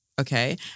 okay